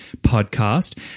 podcast